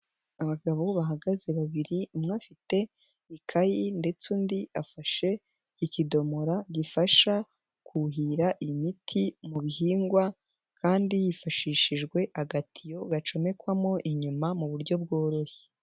Abagabo bahagaze babiri, umwe afite ikayi ndetse undi afashe ikidomora gifasha kuhira imiti mu bihingwa kandi yifashishijwe agatiyo gacomekwamo inyuma mu buryo bworoshye.